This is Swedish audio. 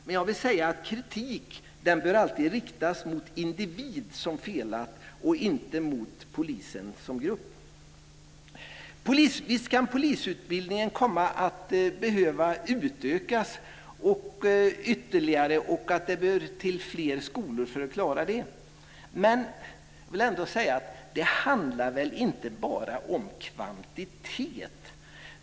Men kritik bör alltid riktas mot individ som felat och inte mot polisen som grupp. Polisutbildningen kan komma att behöva utökas och det kan behövas fler skolor för att klara detta. Men det handlar väl inte bara om kvantitet?